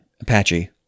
Apache